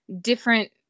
different